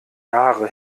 jahre